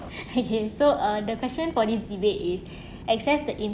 so uh the question for this debate is access the impact